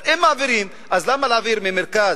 אבל אם מעבירים, אז למה להעביר ממרכז